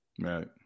Right